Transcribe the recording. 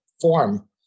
form